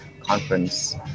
conference